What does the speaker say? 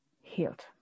healed